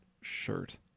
shirt